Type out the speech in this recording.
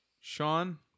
Sean